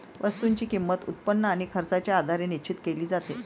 वस्तूची किंमत, उत्पन्न आणि खर्चाच्या आधारे निश्चित केली जाते